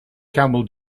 camel